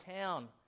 town